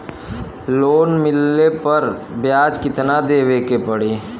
Loan मिलले पर ब्याज कितनादेवे के पड़ी?